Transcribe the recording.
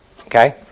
Okay